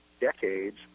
decades